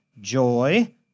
joy